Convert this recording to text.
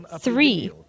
three